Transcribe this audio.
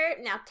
Now